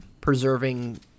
preserving